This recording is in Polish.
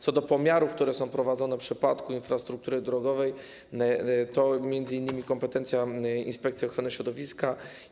Co do pomiarów, które są prowadzone w przypadku infrastruktury drogowej, to m.in. kompetencja inspekcji ochrony środowiska.